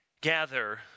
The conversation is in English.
gather